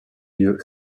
lieu